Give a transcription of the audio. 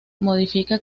modifica